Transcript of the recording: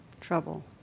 trouble